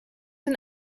een